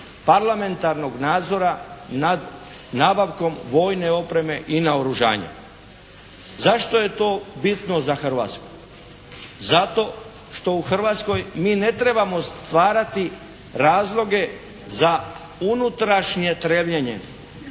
parlamentarnog nadzora nad nabavkom vojne opreme i naoružanja. Zašto je to bitno za Hrvatsku? Zato što u Hrvatskoj mi ne trebamo stvarati razloge za unutrašnje trebljenje